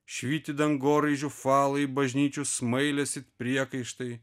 švyti dangoraižių falai bažnyčių smailės it priekaištai